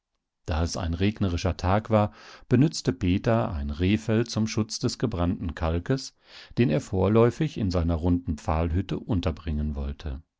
da es ein regnerischer tag war benützte peter ein rehfell zum schutz des gebrannten kalkes den er vorläufig in seiner runden pfahlhütte unterbringen wollte